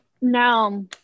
No